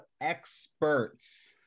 experts